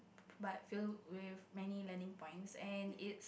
but filled with many learning points and it